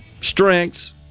strengths